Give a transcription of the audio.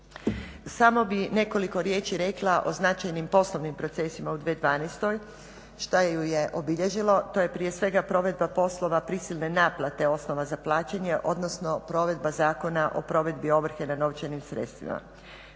Samo bi nekoliko riječi rekla o značajnim poslovnim procesima uz 2012., što ju je obilježilo, to je prije svega provedba poslova prisilne naplate osnova za plaćanje odnosno provedba Zakona o provedbi ovrhe na novčanim sredstvima.